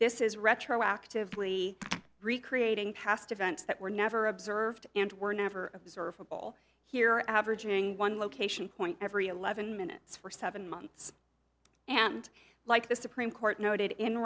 this is retroactively recreating past events that were never observed and were never observable here averaging one location point every eleven minutes for seven months and like the supreme court noted in